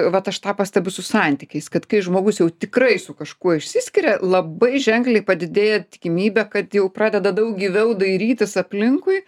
vat aš tą pastebiu su santykiais kad kai žmogus jau tikrai su kažkuo išsiskiria labai ženkliai padidėja tikimybė kad jau pradeda daug gyviau dairytis aplinkui